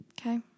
Okay